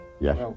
Yes